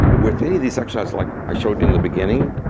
with any of these exercises, like i showed you in the beginning,